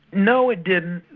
no it didn't.